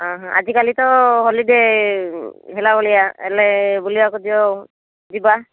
ହଁ ହଁ ଆଜିକାଲି ତ ହଲିଡ଼େ ହେଲାଭଳିଆ ହେଲେ ବୁଲିବାକୁ ଯିବ ଯିବା